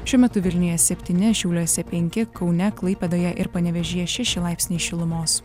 šiuo metu vilniuje septyni šiauliuose penki kaune klaipėdoje ir panevėžyje šeši laipsniai šilumos